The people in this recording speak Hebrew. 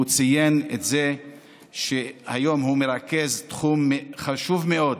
הוא ציין את זה שהיום הוא מרכז תחום חשוב מאוד,